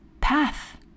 path